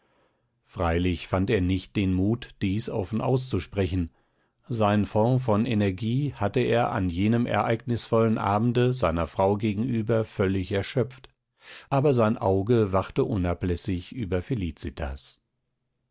freilich fand er nicht den mut dies offen auszusprechen seinen fonds von energie hatte er an jenem ereignisvollen abende seiner frau gegenüber völlig erschöpft aber sein auge wachte unablässig über felicitas